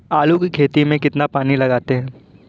आलू की खेती में कितना पानी लगाते हैं?